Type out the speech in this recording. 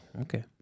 Okay